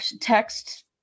text